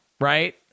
Right